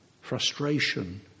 frustration